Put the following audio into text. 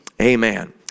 Amen